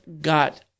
got